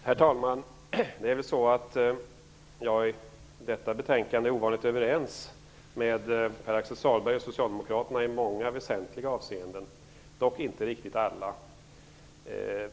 Herr talman! Jag är i detta betänkande ovanligt överens med Pär-Axel Sahlberg och Socialdemokraterna i många väsentliga avseenden, dock inte riktigt i alla.